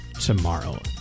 tomorrow